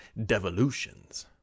Devolutions